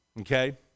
Okay